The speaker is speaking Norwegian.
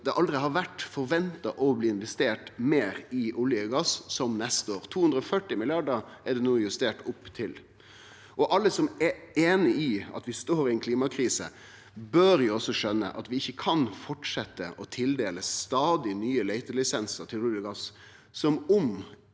at det aldri har vore forventa å bli investert meir i olje og gass som neste år. 240 mrd. kr er det no justert opp til, og alle som er einig i at vi står i ei klimakrise, bør også skjøne at vi ikkje kan fortsetje å tildele stadig nye leitelisensar til olje og gass som om